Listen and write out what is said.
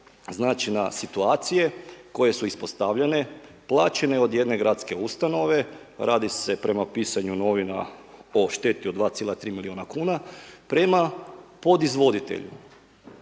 znači na situacije koje su ispostavljene, plaćene od jedne gradske ustanove, radi se prema pisanju novina o šteti od 2,3 milijuna kuna prema pod izvoditelju.